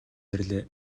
ирлээ